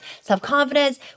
self-confidence